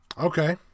Okay